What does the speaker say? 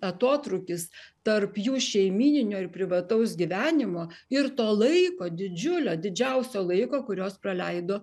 atotrūkis tarp jų šeimyninio ir privataus gyvenimo ir to laiko didžiulio didžiausio laiko kur jos praleido